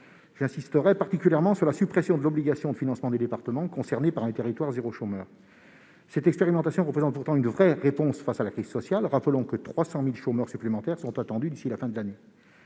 J'insisterai particulièrement sur la suppression de l'obligation de financement des départements concernés par le dispositif. Cette expérimentation constitue pourtant une vraie réponse face à la crise sociale. Rappelons que l'on attend 300 000 chômeurs supplémentaires d'ici à la fin de l'année.